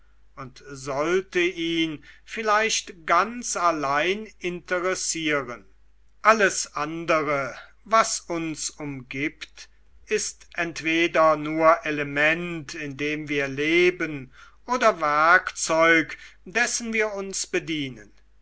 und sollte ihn vielleicht ganz allein interessieren alles andere was uns umgibt ist entweder nur element in dem wir leben oder werkzeug dessen wir uns bedienen